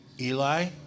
Eli